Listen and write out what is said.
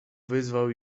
wyzwał